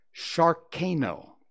Sharkano